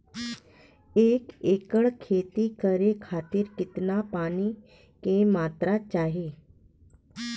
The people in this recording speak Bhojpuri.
एक एकड़ खेती करे खातिर कितना पानी के मात्रा चाही?